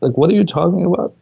like what are you talking about?